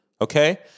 Okay